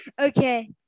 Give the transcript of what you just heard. Okay